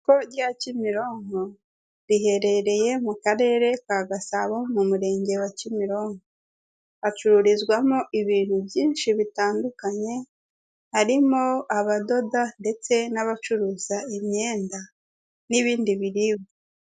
Isoko rya Kimironko riherereye mu karere ka Gasabo mu murenge wa Kimironko. Hacururizwamo ibintu byinshi bitandukanye, harimo abadoda ndetse n'abacuruza imyenda, n'ibindi biribwa.